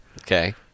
Okay